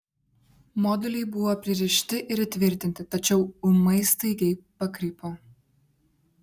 moduliai buvo pririšti ir įtvirtinti tačiau ūmai staigiai pakrypo